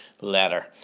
letter